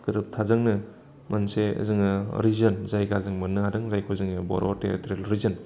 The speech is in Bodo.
गोरोबथाजोंनो मोनसे जोङो रिजन जायगा जों मोननो हादों जायखौ जोङो बर' टेरिटरियेल रिजन